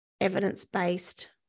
evidence-based